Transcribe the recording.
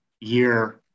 year